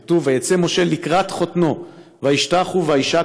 כתוב: "ויצא משה לקראת חתנו וישתחו וישק